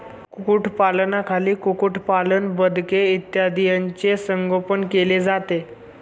कुक्कुटपालनाखाली कुक्कुटपालन, बदके इत्यादींचे संगोपन केले जाते